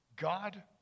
God